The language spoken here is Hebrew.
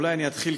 אולי אני אתחיל,